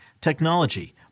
technology